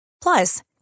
Plus